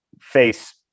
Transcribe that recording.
face